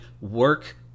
work